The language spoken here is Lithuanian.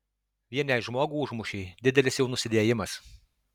vien jei žmogų užmušei didelis jau nusidėjimas